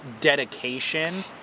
dedication